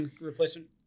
replacement